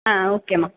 ஆ ஓகேமா